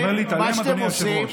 אתה אומר להתעלם, אדוני היושב-ראש?